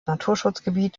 naturschutzgebiet